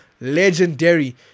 Legendary